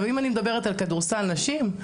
אם אני מדברת על כדורסל נשים,